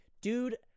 Dude